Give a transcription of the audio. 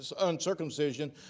uncircumcision